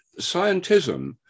scientism